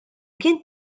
kien